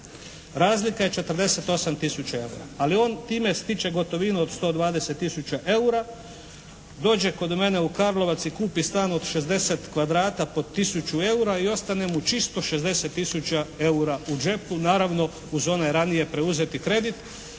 Razlika je 48000 eura. Ali on time stiče gotovinu od 120 000 eura. Dođe kod mene u Karlovac i kupi stan od 60 kvadrata po 1000 eura i ostane mu čisto 60000 eura u džepu naravno uz onaj ranije preuzeti kredit